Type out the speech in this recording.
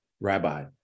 rabbi